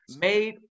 Made